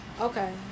Okay